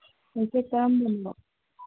ꯃꯩꯈꯦꯠ ꯀꯔꯝꯕꯅꯣ